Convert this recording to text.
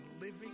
living